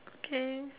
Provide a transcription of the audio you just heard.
okay